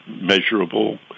measurable